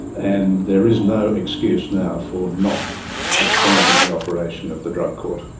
and there is no excuse now for not expanding and the operation of the drug court.